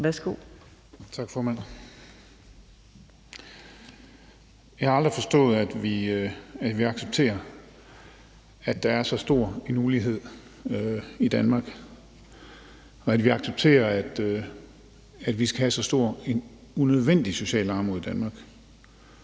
(ALT): Tak, formand. Jeg har aldrig forstået, at vi accepterer, at der er så stor en ulighed i Danmark, og at vi accepterer, at vi skal have så stort unødvendigt socialt armod i Danmark.